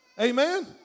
Amen